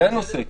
זה הנושא.